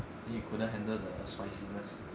then you couldn't handle the spiciness